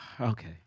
okay